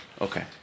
Okay